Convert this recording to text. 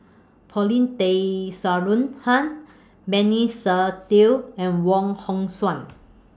Paulin Tay Straughan Benny Se Teo and Wong Hong Suen